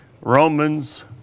Romans